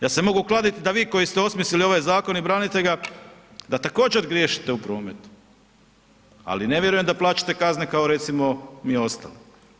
Ja se mogu kladit da vi koji ste osmislili ovaj zakon i branite ga da također griješite u prometu, ali ne vjerujem da plaćate kazne kao recimo mi ostali.